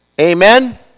Amen